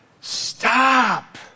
stop